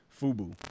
FUBU